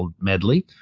medley